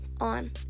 on